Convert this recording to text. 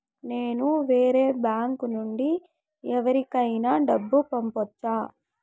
నేను వేరే బ్యాంకు నుండి ఎవరికైనా డబ్బు పంపొచ్చా?